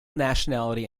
nationality